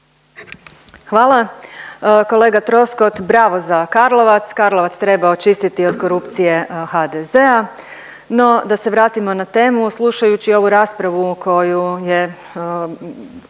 Hvala. Kolega Troskot bravo za Karlovac, Karlovac treba očistiti od korupcije HDZ-a. No da se vratimo na temu. Slušajući ovu raspravu koju je